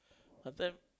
last time